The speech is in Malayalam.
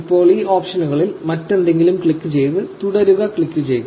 ഇപ്പോൾ ഈ ഓപ്ഷനുകളിൽ മറ്റെന്തെങ്കിലും ക്ലിക്കുചെയ്ത് 'നെക്സ്റ്റ്' ക്ലിക്കുചെയ്യുക